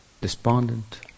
despondent